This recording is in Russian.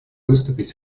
выступить